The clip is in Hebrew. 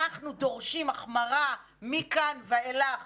אנחנו דורשים החמרה מכאן ואילך Y,